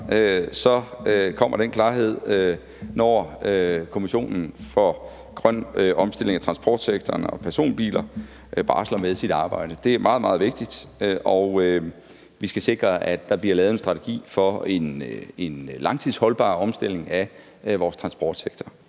kommer den klarhed, når Kommissionen for Grøn Omstilling af Transportsektoren og Personbiler barsler med sit arbejde. Det er meget, meget vigtigt, og vi skal sikre, at der bliver lavet en strategi for en langtidsholdbar omstilling af vores transportsektor.